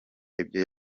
ibyo